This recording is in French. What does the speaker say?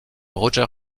roger